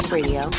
Radio